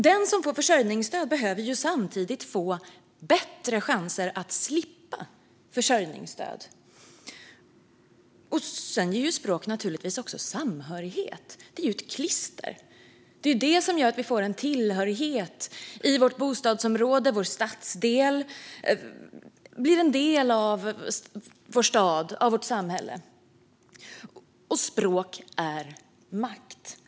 Den som får försörjningsstöd behöver samtidigt få bättre chanser att slippa försörjningsstöd. Sedan ger språk naturligtvis samhörighet. Det är ett klister. Det är det som gör att vi får tillhörighet i vårt bostadsområde, vår stadsdel, och blir en del av vår stad, vårt samhälle. Herr talman! Språk är makt.